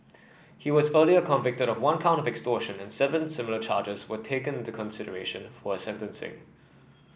he was earlier convicted of one count of extortion and seven similar charges were taken into consideration for his sentencing